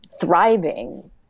thriving